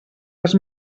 les